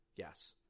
Yes